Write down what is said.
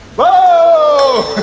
whoa!